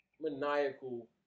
maniacal